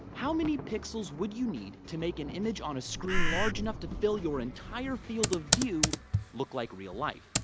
how many pixels would you need to make an image on a screen large enough to fill your entire field of view look like real life,